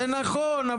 זה נכון,